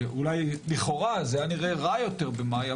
ואולי לכאורה זה היה נראה רע יותר במאי,